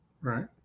Right